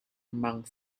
among